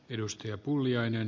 arvoisa puhemies